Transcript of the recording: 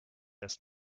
erst